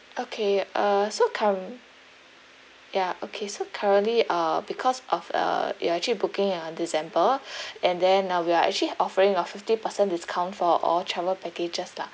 okay uh so current ya okay so currently uh because of uh you are actually booking uh december and then uh we are actually offering a fifty percent discount for all travel packages lah